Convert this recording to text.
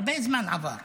הרבה זמן עבר.